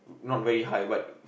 not very high but